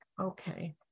Okay